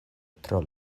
tro